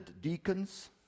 deacons